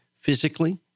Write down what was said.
physically